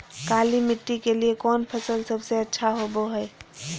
काली मिट्टी के लिए कौन फसल सब से अच्छा होबो हाय?